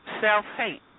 self-hate